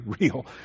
real